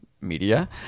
media